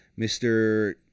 Mr